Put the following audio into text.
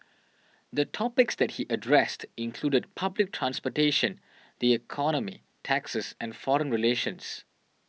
the topics that he addressed included public transportation the economy taxes and foreign relations